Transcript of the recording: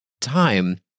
time